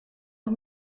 nog